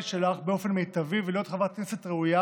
שלך באופן מיטבי ולהיות חברת כנסת ראויה